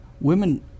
women